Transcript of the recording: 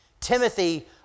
Timothy